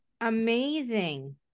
amazing